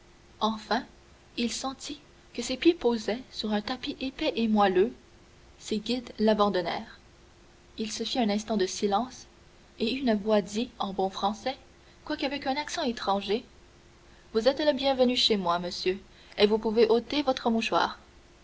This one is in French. enfin il sentit que ses pieds posaient sur un tapis épais et moelleux ses guides l'abandonnèrent il se fit un instant de silence et une voix dit en bon français quoique avec un accent étranger vous êtes le bienvenu chez moi monsieur et vous pouvez ôter votre mouchoir